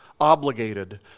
obligated